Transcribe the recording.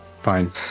Fine